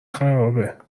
خرابه